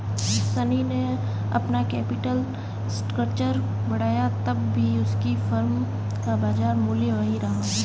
शनी ने अपना capital structure बढ़ाया तब भी उसकी फर्म का बाजार मूल्य वही रहा